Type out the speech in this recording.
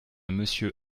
monsieur